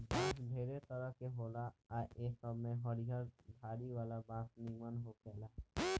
बांस ढेरे तरह के होला आ ए सब में हरियर धारी वाला बांस निमन होखेला